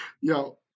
Yo